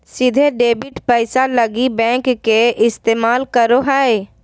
सीधे डेबिट पैसा लगी बैंक के इस्तमाल करो हइ